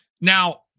Now